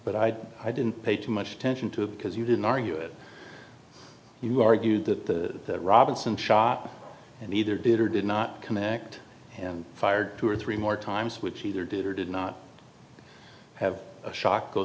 but i i didn't pay too much attention to it because you didn't argue it you argued that the robinson shot and either did or did not connect him fired two or three more times which either did or did not have a shock go